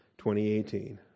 2018